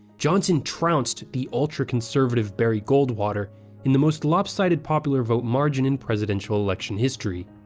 johnson trounced the ultra-conservative barry goldwater in the most lopsided popular vote margin in presidential election history.